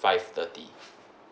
five thirty